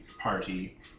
party